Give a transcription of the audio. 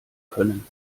können